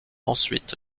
ensuite